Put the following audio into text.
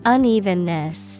Unevenness